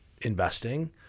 investing